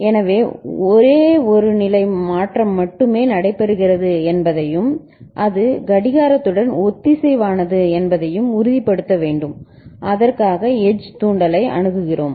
எனவே ஒரே ஒரு நிலை மாற்றம் மட்டுமே நடைபெறுகிறது என்பதையும் அது கடிகாரத்துடன் ஒத்திசைவானது என்பதையும் உறுதிப்படுத்த வேண்டும் அதற்காக எட்ஜ் தூண்டுதலை அணுகுகிறோம்